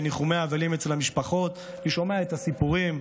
בניחומי אבלים אצל המשפחות אני שומע את הסיפורים,